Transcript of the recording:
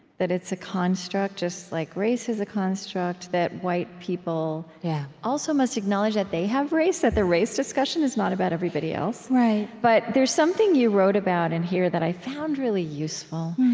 that it's a construct just like race is a construct that white people yeah also must acknowledge that they have race that the race discussion is not about everybody else. but there's something you wrote about in here that i found really useful,